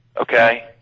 okay